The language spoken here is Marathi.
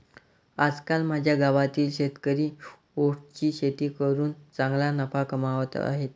आजकाल माझ्या गावातील शेतकरी ओट्सची शेती करून चांगला नफा कमावत आहेत